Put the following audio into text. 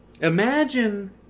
Imagine